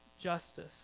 justice